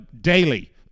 daily